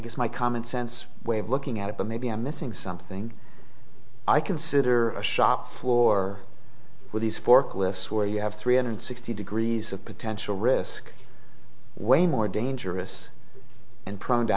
guess my commonsense way of looking at it but maybe i'm missing something i consider a shop floor where these forklifts where you have three hundred sixty degrees of potential risk way more dangerous and prone to